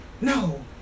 No